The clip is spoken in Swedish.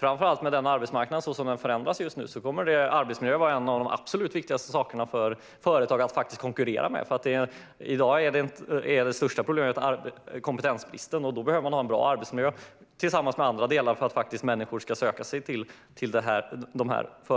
Så som arbetsmarknaden förändras just nu kommer arbetsmiljön att vara något av det viktigaste för företagen att konkurrera med. I dag är det största problemet kompetensbrist, och då behöver företagen ha en bra arbetsmiljö, tillsammans med andra delar, för att människor ska söka sig dit.